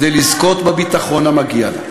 כדי לזכות בביטחון המגיע לה.